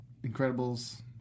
Incredibles